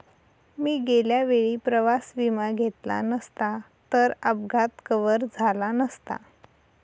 मी गेल्या वेळी प्रवास विमा घेतला नसता तर अपघात कव्हर झाला नसता